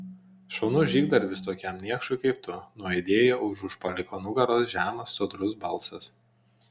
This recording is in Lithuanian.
šaunus žygdarbis tokiam niekšui kaip tu nuaidėjo už užpuoliko nugaros žemas sodrus balsas